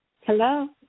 Hello